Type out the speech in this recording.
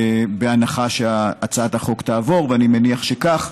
בהנחה שהצעת החוק תעבור, ואני מניח שכך,